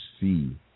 see